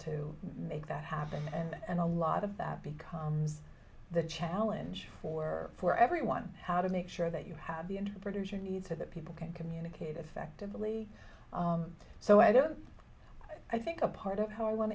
to make that happen and a lot of that becomes the challenge for for everyone how to make sure that you have the interpreter need so that people can communicate effectively so i don't i think a part of how i want